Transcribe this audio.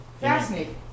Fascinating